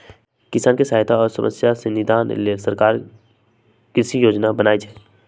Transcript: किसानके सहायता आ समस्या से निदान लेल सरकार कृषि योजना बनय छइ